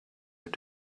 your